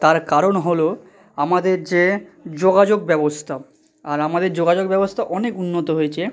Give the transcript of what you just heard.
তার কারণ হলো আমাদের যে যোগাযোগ ব্যবস্থা আর আমাদের যোগাযোগ ব্যবস্থা অনেক উন্নত হয়েছে